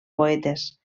poetes